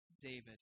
David